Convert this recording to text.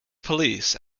police